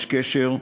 יש קשר,